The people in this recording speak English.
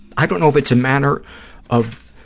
i don't know if it's a matter of,